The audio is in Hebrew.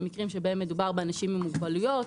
כשמדובר באנשים עם מוגבלויות,